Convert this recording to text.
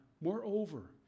Moreover